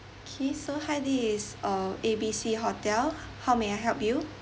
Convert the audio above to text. okay so hi this is uh A B C hotel how may I help you